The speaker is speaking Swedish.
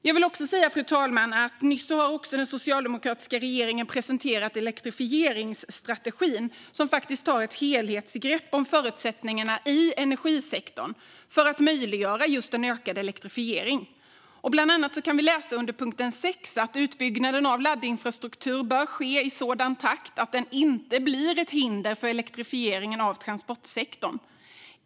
Jag vill också säga att den socialdemokratiska regeringen nyss har presenterat elektrifieringsstrategin, som tar ett helhetsgrepp om förutsättningarna i energisektorn för att möjliggöra just en ökad elektrifiering. Bland annat kan vi under punkt 6 läsa: "Utbyggnaden av laddinfrastruktur bör ske i sådan takt att den inte blir ett hinder för elektrifieringen av transportsektorn.